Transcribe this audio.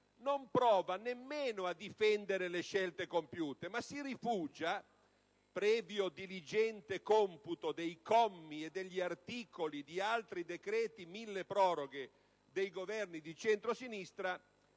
non prova nemmeno a difendere le scelte compiute, ma si rifugia, previo diligente computo dei commi e degli articoli di altri decreti milleproroghe dei Governi di centrosinistra,